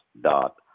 dot